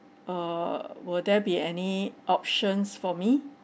err will there be any options for me